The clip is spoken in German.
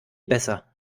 besser